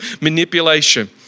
manipulation